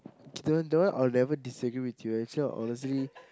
the one the one I'll never disagree with you actually honestly